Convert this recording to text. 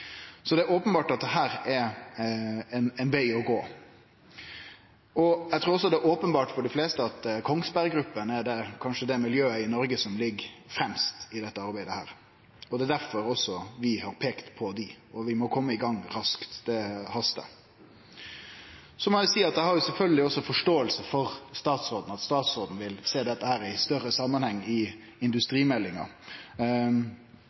Så det er openbert at dette er ein veg å gå. Eg trur også det er openbert for dei fleste at Kongsberg Gruppen kanskje er det miljøet i Noreg som ligg fremst i dette arbeidet. Det er også derfor vi har peikt på dei, og vi må kome i gang raskt. Det hastar. Så må eg seie at eg har sjølvsagt også forståing for at statsråden vil sjå dette i ein større samanheng i